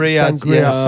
Sangria